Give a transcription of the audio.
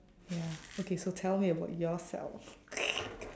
ya okay so tell me about yourself